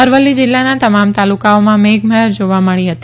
અરવલ્લી જિલ્લાના તમામ તાલુકાઓમાં મેઘ મહેર જોવા મળી હતી